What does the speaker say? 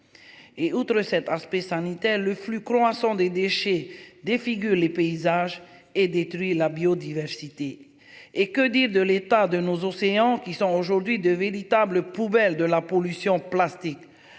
Et outre cet aspect sanitaire le flux croissant des déchets défigure les paysages et détruit la biodiversité et que dire de l'état de nos océans, qui sont aujourd'hui de véritables poubelles de la pollution plastique à